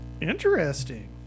Interesting